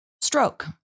stroke